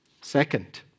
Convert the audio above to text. Second